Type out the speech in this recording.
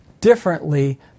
differently